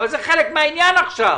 אבל זה חלק מהעניין עכשיו.